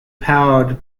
powered